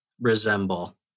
resemble